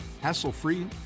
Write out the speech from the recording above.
hassle-free